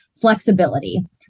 flexibility